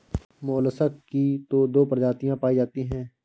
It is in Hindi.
मोलसक की तो दो प्रजातियां पाई जाती है